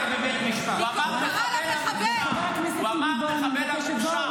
נאמרה המילה מחבל, ואת שותקת, זה לא